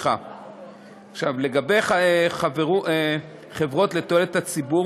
לגבי חברות לתועלת הציבור,